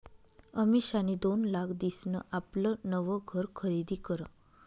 अमिषानी दोन लाख दिसन आपलं नवं घर खरीदी करं